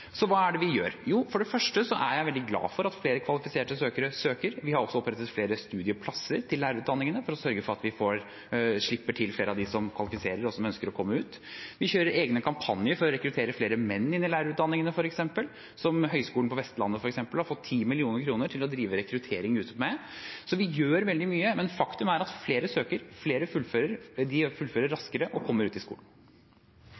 Så hva er det vi gjør? Jo, for det første er jeg veldig glad for flere kvalifiserte søkere. Vi har også opprettet flere studieplasser til lærerutdanningene for å sørge for at vi slipper til flere av dem som kvalifiserer, og som ønsker å komme ut. Vi kjører f.eks. egne kampanjer for å rekruttere flere menn inn i lærerutdanningene. Høgskulen på Vestlandet, f.eks., har fått 10 mill. kr til å drive rekruttering ute med. Så vi gjør veldig mye. Men faktum er at flere søker, flere fullfører, de fullfører